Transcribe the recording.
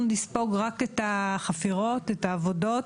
אנחנו נספוג רק את החפירות, את העבודות,